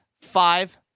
five